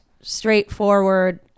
straightforward